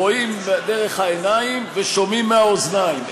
רואים דרך העיניים ושומעים מהאוזניים.